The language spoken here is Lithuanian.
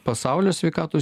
pasaulio sveikatos